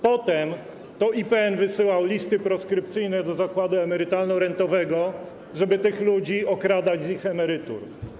Potem to IPN wysyłał listy proskrypcyjne do Zakładu Emerytalno-Rentowego, żeby tych ludzi okradać z ich emerytur.